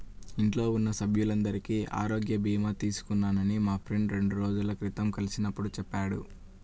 ఇంట్లో ఉన్న సభ్యులందరికీ ఆరోగ్య భీమా తీసుకున్నానని మా ఫ్రెండు రెండు రోజుల క్రితం కలిసినప్పుడు చెప్పాడు